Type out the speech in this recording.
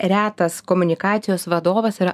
retas komunikacijos vadovas yra aktorius